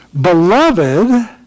Beloved